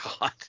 God